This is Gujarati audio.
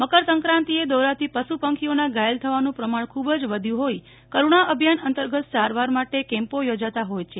મકરસંક્રાતિએ દોરાથી પશુ પંખીઓના ઘાયલ થવાનું પ્રમાણ ખુબ જ વધ્યું હોઈ કરૂણા અભિયાન અંતરગત સારવાર માટે કેમ્પો યોજાતા હોય છે